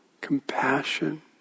compassion